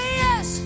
yes